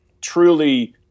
truly